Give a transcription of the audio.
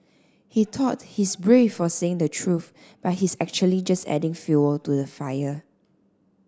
he thought he's brave for saying the truth but he's actually just adding fuel to the fire